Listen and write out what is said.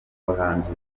bahanzi